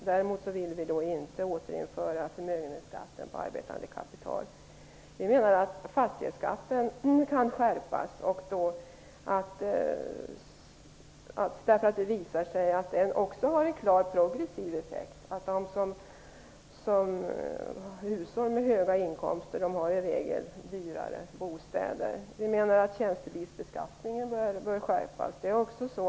Däremot vill vi inte återinföra förmögenhetsskatten på arbetande kapital. Vi menar vidare att fastighetsskatten skall skärpas därför att det visat sig att också den har en klart progressiv effekt. Hushåll med höga inkomster har i regel dyrare bostäder. Vi anser att tjänstebilsbeskattningen bör skärpas.